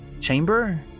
chamber